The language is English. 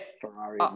Ferrari